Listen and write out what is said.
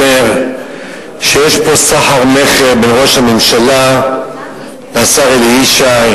שיש פה סחר-מכר בין ראש הממשלה והשר אלי ישי,